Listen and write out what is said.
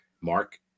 mark